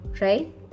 right